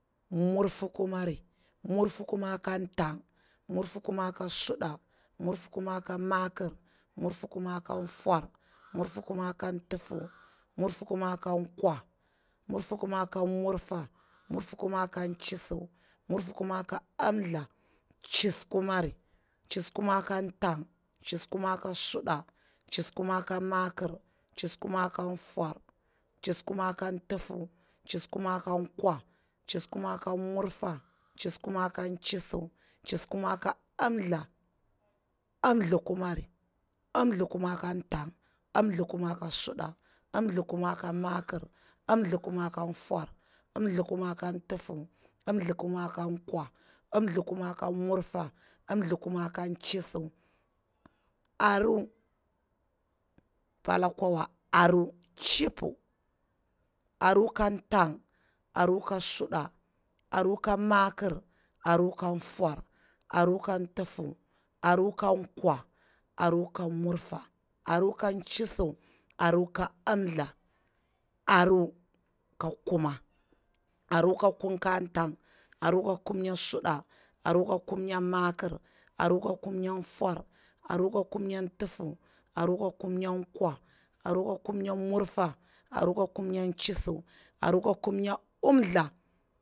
Murfukumari, murfu kumari ka tang, murfukumari ka suɗe, mw fukumari ka makir, murfukumari ka fwar, murfukumari ka tufu, murfukumari ka kwa, murfukumari ka murfa, murfukumari ka chisu, murfukumari ka umtha chisu kumari, chisukumarika tang chisukumari ka suɗa, chisu kumari ka makir, chisu kumari ka fwar, chisukumari ka tufu, chisu kumari ka kwa, chisukumari ka murfa, chisu kumari ka chisu, chisu kumari ka umtha umthumari umthukumari ka tang, umthu kumari ka suɗa, umthu kumari ka makir, umthukumari ka fwar, umthukumari ka tufu, umthukumari ka kwa, umthukumari ka murfa, umthukumari ka chisu, umthukumari ka umtha, arupal, arupal ka tang, aru pal ka suɗa, aru pal ka makir, aru pal ka fwar aru pal ka tufu, ari pal ka kwa aru pal ka murfa, arupal ka chisu, aru pal ka umtha, aru ka kuma, aru ka kum ka tang, aru ka kumnya suɗa, aru ka kumnya makir, aru ka kumnya fwar, aru ka kumnya suɗa, aru ka kumnya makir, aru ka kumnya fwar, aru ka kumnya rufu, aru ka kumnya chisu aru ka kumnya umtha.